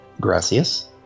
gracias